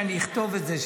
כשאני אכתוב את זה,